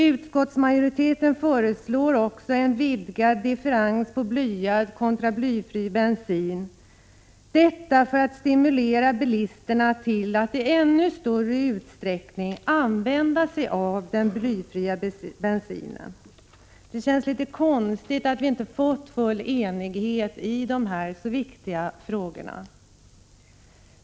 Utskottsmajoriteten föreslår också en vidgad differens mellan blyad och blyfri bensin, detta för att stimulera bilisterna till att i ännu större utsträckning använda den blyfria bensinen. Det känns lite konstigt att vi inte fått full enighet i dessa så viktiga frågor.